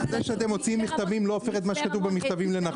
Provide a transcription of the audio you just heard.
העובדה שאתם מוציאים מכתבים לא הופך אותם לנכון.